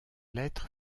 lettre